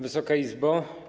Wysoka Izbo!